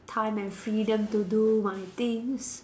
time and freedom to do my things